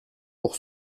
pour